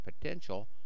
potential